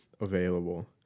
available